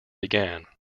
began